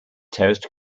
terraced